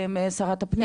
לשרת הפנים?